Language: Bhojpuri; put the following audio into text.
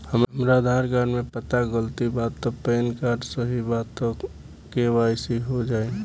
हमरा आधार कार्ड मे पता गलती बा त पैन कार्ड सही बा त के.वाइ.सी हो जायी?